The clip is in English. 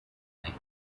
night